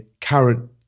current